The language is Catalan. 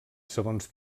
segons